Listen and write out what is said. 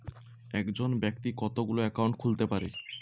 একজন ব্যাক্তি কতগুলো অ্যাকাউন্ট খুলতে পারে?